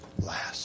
last